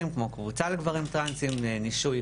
טרנסים כמו קבוצה לגברים טרנסים כמו שיש "נישוי"